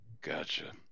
Gotcha